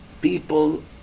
People